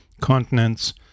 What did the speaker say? continents